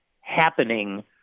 happening